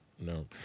No